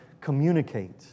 communicate